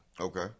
Okay